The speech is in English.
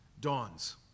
dawns